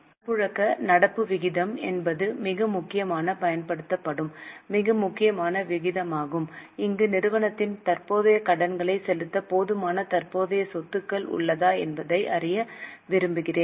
பணப்புழக்க நடப்பு விகிதம் என்பது மிக முக்கியமாகப் பயன்படுத்தப்படும் மிக முக்கியமான விகிதமாகும் இங்கு நிறுவனத்தின் தற்போதைய கடன்களைச் செலுத்த போதுமான தற்போதைய சொத்துக்கள் உள்ளதா என்பதை அறிய விரும்புகிறேன்